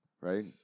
right